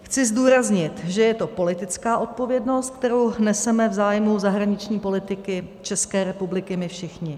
Chci zdůraznit, že je to politická odpovědnost, kterou neseme v zájmu zahraniční politiky České republiky my všichni.